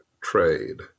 trade